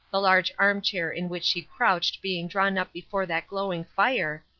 the large arm-chair in which she crouched being drawn up before that glowing fire,